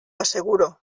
asseguro